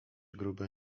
grube